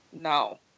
no